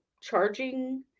charging